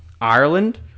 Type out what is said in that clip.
Ireland